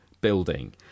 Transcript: building